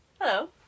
Hello